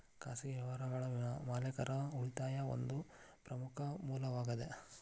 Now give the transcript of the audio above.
ಖಾಸಗಿ ವ್ಯವಹಾರಗಳ ಮಾಲೇಕರ ಉಳಿತಾಯಾ ಒಂದ ಪ್ರಮುಖ ಮೂಲವಾಗೇದ